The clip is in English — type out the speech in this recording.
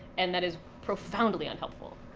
and that is profoundly unhelpful.